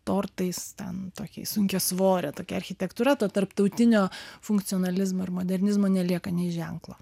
tortais ten tokia sunkiasvorė tokia architektūra to tarptautinio funkcionalizmo ir modernizmo nelieka nė ženklo